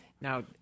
Now